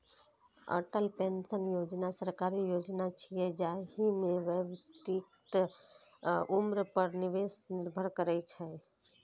Atal pension योजना सरकारी योजना छियै, जाहि मे व्यक्तिक उम्र पर निवेश निर्भर करै छै